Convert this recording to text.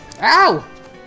OW